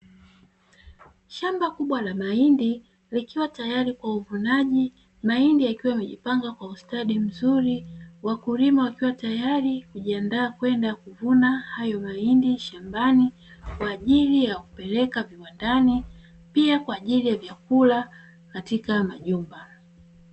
Shamba kubw ala mahindi likiwa tayari kwa uvunaji, mahindi yakiwa yamejipanga kwa ustadi mzuri. Wakulima wakiwa tayari kujiandaa kwenda kuvuna hayo mahindi shambani, kwa ajili ya kupeleka viwandani, pia kwa ajili ya vyakula katika majumba.